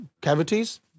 cavities